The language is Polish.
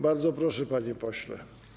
Bardzo proszę, panie pośle.